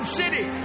city